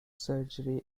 surgery